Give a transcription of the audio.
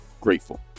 grateful